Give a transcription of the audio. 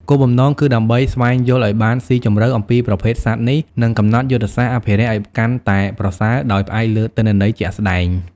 គោលបំណងគឺដើម្បី ស្វែងយល់ឲ្យបានស៊ីជម្រៅ អំពីប្រភេទសត្វនេះ និងកំណត់ យុទ្ធសាស្ត្រអភិរក្សឲ្យកាន់តែប្រសើរ ដោយផ្អែកលើទិន្នន័យជាក់ស្តែង។